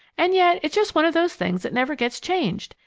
and yet it's just one of those things that never gets changed.